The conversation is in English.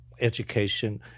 education